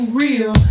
real